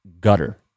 Gutter